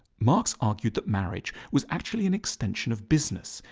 marx argued that marriage was actually an extension of business,